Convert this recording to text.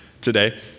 today